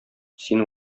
син